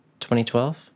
2012